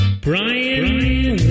Brian